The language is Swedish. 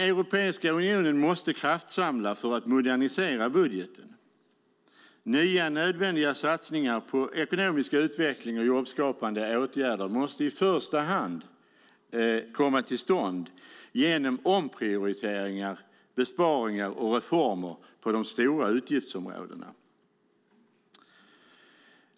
Europeiska unionen måste kraftsamla för att modernisera budgeten. Nya nödvändiga satsningar på ekonomisk utveckling och jobbskapande åtgärder måste i första hand komma till stånd genom omprioriteringar, besparingar och reformer på de stora utgiftsområdena.